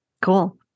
Cool